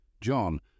John